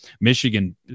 Michigan